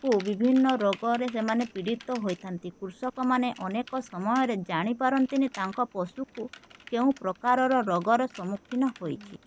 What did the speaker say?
କୁ ବିଭିନ୍ନ ରୋଗରେ ସେମାନେ ପୀଡ଼ିତ ହୋଇଥାନ୍ତି କୃଷକ ମାନେ ଅନେକ ସମୟରେ ଜାଣିପାରନ୍ତିନି ତାଙ୍କ ପଶୁକୁ କେଉଁ ପ୍ରକାରର ରୋଗରେ ସମ୍ମୁଖୀନ ହୋଇଛି